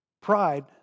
pride